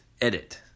edit